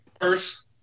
first